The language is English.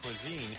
cuisine